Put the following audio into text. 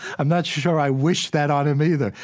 i'm not sure i wish that on him, either.